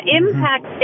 impact